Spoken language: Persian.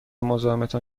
مزاحمتان